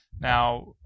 Now